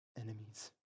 enemies